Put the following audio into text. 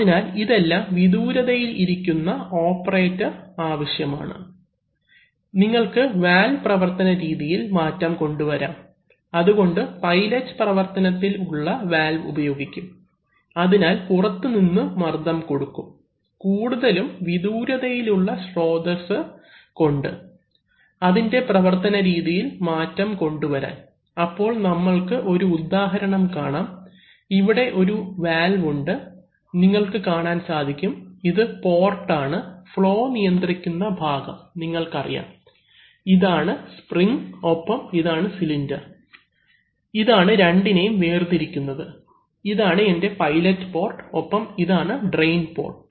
അതിനാൽ ഇതെല്ലാം വിദൂരതയിൽ ഇരിക്കുന്ന ഓപ്പറേറ്റർ ആവശ്യമാണ് നിങ്ങൾക്ക് വാൽവ് പ്രവർത്തന രീതിയിൽ മാറ്റം കൊണ്ടുവരാം അതുകൊണ്ട് പൈലറ്റ് പ്രവർത്തനത്തിൽ ഉള്ള വാൽവ് ഉപയോഗിക്കും അതിൽ പുറത്തുനിന്ന് മർദ്ദം കൊടുക്കും കൂടുതലും വിദൂരതയിലുള്ള സ്രോതസ്സ് കൊണ്ട് അതിൻറെ പ്രവർത്തന രീതിയിൽ മാറ്റം കൊണ്ടുവരാൻ അപ്പോൾ നമ്മൾക്ക് ഒരു ഉദാഹരണം കാണാം ഇവിടെ ഒരു വാൽവ് ഉണ്ട് നിങ്ങൾക്ക് കാണാൻ സാധിക്കും ഇത് പോർട്ട് ആണ് ഫ്ളോ നിയന്ത്രിക്കുന്ന ഭാഗം നിങ്ങൾക്കറിയാം ഇതാണ് സ്പ്രിങ് ഒപ്പം ഇതാണ് സിലിണ്ടർ ഇതാണ് രണ്ടിനെയും വേർതിരിക്കുന്നത് ഇതാണ് എൻറെ പൈലറ്റ് പോർട്ട് ഒപ്പം ഇതാണ് ട്രയിൻ പോർട്ട്